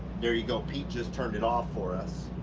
there you go, pete just turned it off for us.